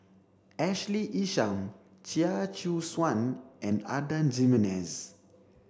Ashley Isham Chia Choo Suan and Adan Jimenez